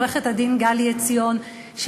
עורכת-הדין גלי עציון,